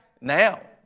Now